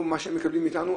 או מה שהם מקבלים מאיתנו,